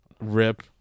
Rip